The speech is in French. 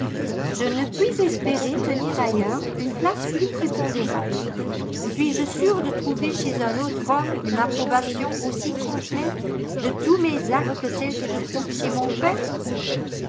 je ne puis espérer tenir ailleurs une place plus prépondérante suis-je sûre de trouver chez un autre homme une approbation aussi complète de tous mes actes que celle que je trouve chez mon père